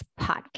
Podcast